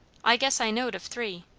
i guess i knowed of three.